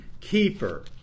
keeper